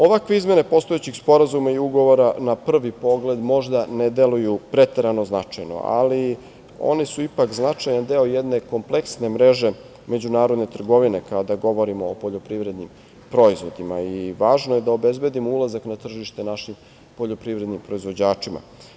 Ovakve izmene postojećih sporazuma ugovora na prvi pogled možda ne deluju preterano značajno, ali one su ipak značajan deo jedne kompleksne mreže međunarodne trgovine kada govorimo o poljoprivrednim proizvodima i važno je da obezbedimo ulazak na tržište našim poljoprivrednim proizvođačima.